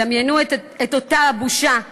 דמיינו את אותה הבושה,